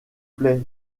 plaît